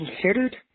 considered